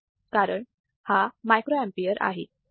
कारण हा micro ampere आहे 1